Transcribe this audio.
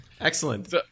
Excellent